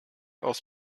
aus